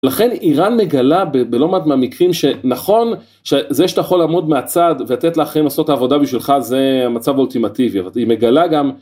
לכן איראן מגלה בלא מעט מהמקרים שנכון שזה שאתה יכול לעמוד מהצד ולתת לאחרים לעשות את העבודה בשבילך זה המצב האולטימטיבי, אבל היא מגלה גם.